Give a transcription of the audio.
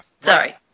Sorry